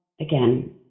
again